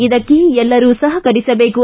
ಇದಕ್ಕೆ ಎಲ್ಲರೂ ಸಹಕರಿಸಬೇಕು